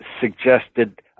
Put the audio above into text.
suggested